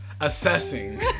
assessing